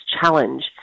challenge